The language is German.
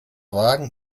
wagen